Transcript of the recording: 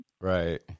Right